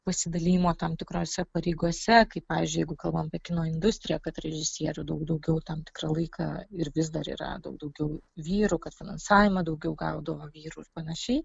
pasidalijimo tam tikrose pareigose kaip pavyzdžiui jeigu kalbam apie kino industriją kad režisierių daug daugiau tam tikrą laiką ir vis dar yra daug daugiau vyrų kad finansavimą daugiau gaudavo vyrų ir panašiai